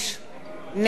אחמד טיבי,